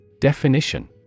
Definition